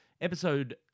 episode